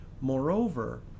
Moreover